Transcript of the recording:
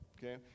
Okay